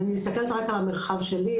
אם אני מסתכלת רק על המרחב שלי,